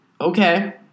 Okay